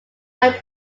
might